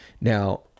Now